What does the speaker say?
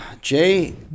Jay